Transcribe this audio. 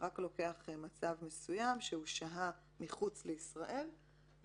רק לוקח מצב מסוים שהוא שהה מחוץ לישראל בשל